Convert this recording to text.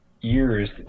years